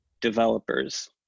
developers